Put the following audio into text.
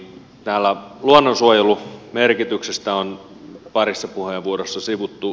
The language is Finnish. täällä luonnonsuojelun merkitystä on parissa puheenvuorossa sivuttu